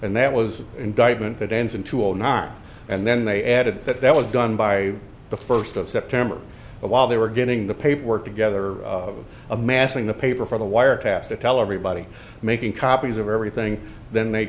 and that was an indictment that ends in two or not and then they added that that was done by the first of september while they were getting the paperwork together amassing the paper for the wiretaps to tell everybody making copies of everything then they